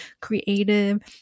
creative